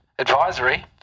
Advisory